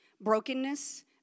brokenness